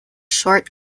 short